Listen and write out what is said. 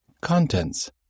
Contents